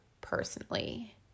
personally